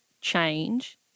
change